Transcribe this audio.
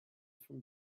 from